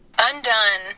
Undone